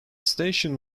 station